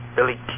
Billy